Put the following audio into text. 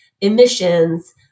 emissions